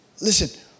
Listen